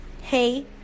hey